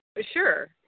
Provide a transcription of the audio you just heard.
Sure